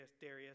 Darius